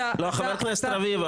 חבר הכנסת רביבו,